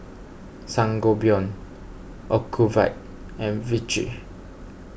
Sangobion Ocuvite and Vichy